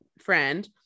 friend